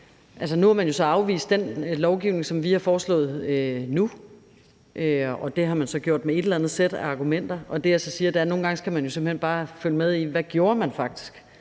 træk. Man har afvist den lovgivning, som vi har foreslået nu, og det har man så gjort med et eller andet sæt af argumenter. Det, jeg så siger, er, at nogle gange skal vi jo simpelt hen bare følge med i, hvad man faktisk